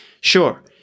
Sure